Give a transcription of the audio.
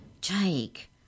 Jake